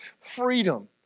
freedom